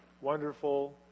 wonderful